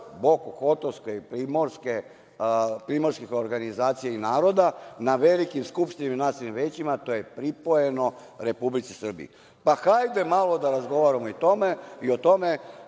Bokokotorske i primorskih organizacija i naroda, na velikim skupštinama i nacionalnim većima to je pripojeno Republici Srbiji. Pa, hajde malo da razgovaramo i o tome,